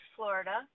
Florida